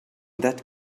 that